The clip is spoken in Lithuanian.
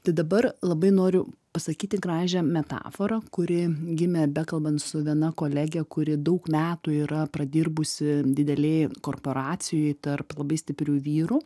tai dabar labai noriu pasakyti gražią metaforą kuri gimė bekalbant su viena kolege kuri daug metų yra pradirbusi didelėj korporacijoj tarp labai stiprių vyrų